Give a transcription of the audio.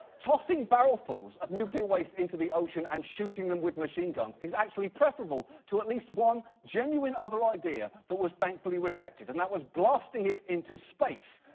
tossing barrel-fulls of nuclear waste into the ocean and shooting them with machine guns is actually preferable to at least one genuine other idea that was thankfully rejected, and that was blasting it into space.